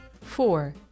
four